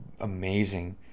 amazing